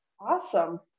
Awesome